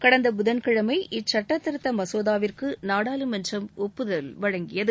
கடந்த புதன்கிழமை இச்சட்டத்திருத்த மசோதாவிற்கு நாடாளுமன்றம் ஒப்புதல் வழங்கியது